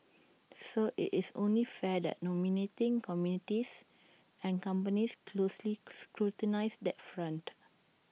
so IT is only fair that nominating committees and companies closely scrutinise that front